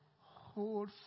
Hold